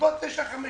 בעקבות החלטה 959,